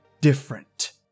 different